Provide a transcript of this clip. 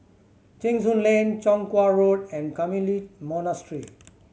Cheng Soon Lane Chong Kuo Road and Carmelite Monastery